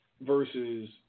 versus